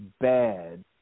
bad